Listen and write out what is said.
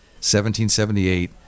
1778